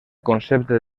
concepte